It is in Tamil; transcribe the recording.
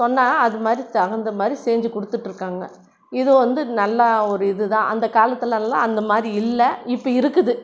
சொன்னால் அதுமாதிரி தகுந்தமாதிரி செஞ்சு கொடுத்துட்டு இருக்காங்கள் இது வந்து நல்லா ஒரு இதுதான் அந்த காலத்திலலாம் அந்தமாதிரி இல்லை இப்போ இருக்குது